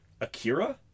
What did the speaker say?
akira